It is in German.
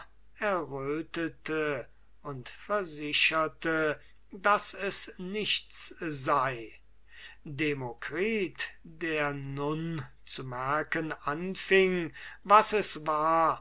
errötete und versicherte daß es nichts sei demokritus der nun zu merken anfing was es war